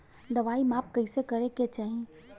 दवाई माप कैसे करेके चाही?